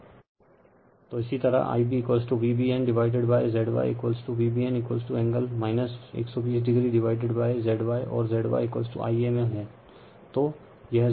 Refer Slide Time 3317 तो इसी तरह Ib Vbn divided by ZY Vbn angle 120o divided by ZY और ZY Ia में है